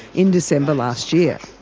in december last year.